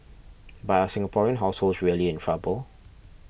but are Singaporean households really in trouble